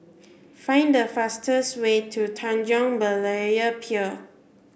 find the fastest way to Tanjong Berlayer Pier